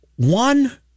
One